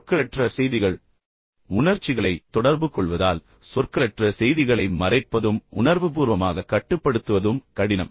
சொற்களற்ற செய்திகள் உணர்ச்சிகளைத் தொடர்புகொள்வதால் சொற்களற்ற செய்திகளை மறைப்பதும் உணர்வுபூர்வமாக கட்டுப்படுத்துவதும் கடினம்